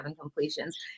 Completions